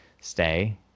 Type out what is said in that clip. stay